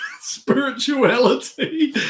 spirituality